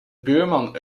buurman